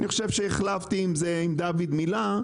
אני חושב שאני החלפתי על זה עם דוד מילה,